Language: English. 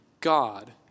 God